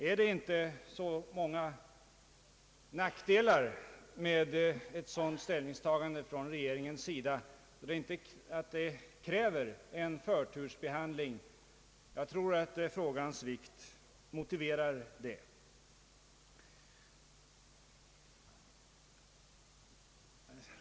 Är det inte så många nackdelar med ett sådant dröjsmål med regeringens ställningstagande att saken kräver en förtursbehandling? Jag tror att frågans vikt motiverar det.